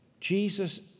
Jesus